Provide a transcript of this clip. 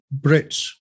Brits